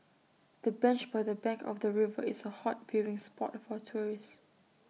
the bench by the bank of the river is A hot viewing spot for tourists